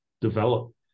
develop